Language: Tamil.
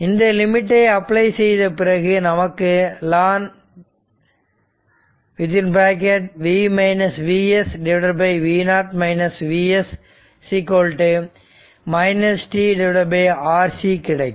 இந்த லிமிட்டை அப்ளை செய்த பிறகு நமக்கு ln V Vs v0 Vs t Rc கிடைக்கும்